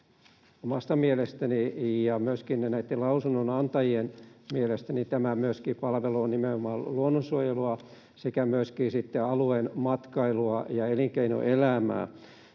Omasta mielestäni ja myöskin näiden lausunnonantajien mielestä tämä myöskin palvelee nimenomaan luonnonsuojelua sekä myöskin sitten alueen matkailua ja elinkeinoelämää.